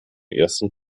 ersten